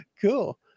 cool